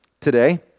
today